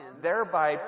thereby